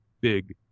big